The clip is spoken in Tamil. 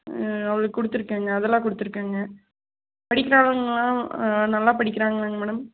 அவளுக்கு கொடுத்துருக்கேங்க அதெல்லாம் கொடுத்துருக்கேங்க படிக்கிறாளாங்களா நல்லா படிக்கிறாங்களா மேடம்